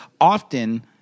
often